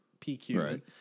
PQ